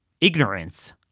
ignorance